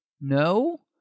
No